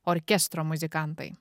orkestro muzikantai